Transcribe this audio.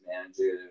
manager